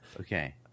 Okay